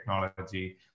technology